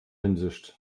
hinsicht